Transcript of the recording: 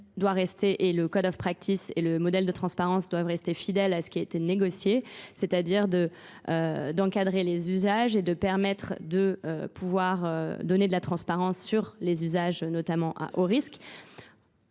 le Code of Practice et le modèle de transparence doivent rester fidèles à ce qui a été négocié, c'est-à-dire d'encadrer les usages et de permettre de pouvoir donner de la transparence sur les usages, notamment au risque.